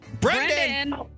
Brendan